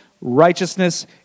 righteousness